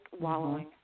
wallowing